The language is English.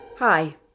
Hi